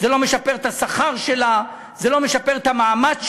זה לא משפר את השכר שלה, זה לא משפר את המעמד שלה,